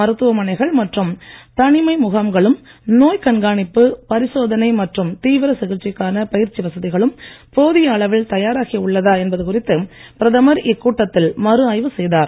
மருத்துவமனைகள் மற்றும் தனிமை முகாம்களும் நோய்க் கண்காணிப்பு பரிசோதனை மற்றும் தீவிர சிகிச்சைக்கான பயிற்சி வசதிகளும் போதிய அளவில் தயாராகி உள்ளதா என்பது குறித்து பிரதமர் இக்கூட்டத்தில் மறு ஆய்வு செய்தார்